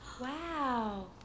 Wow